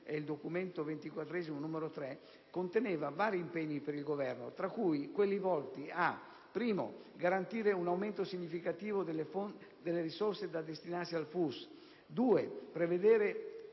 (il documento XXIV, n. 3) conteneva vari impegni per il Governo, tra cui quelli volti a garantire un aumento significativo delle risorse da destinarsi al FUS; prevedere